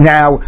Now